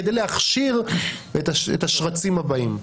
כדי להכשיר את השרצים הבאים.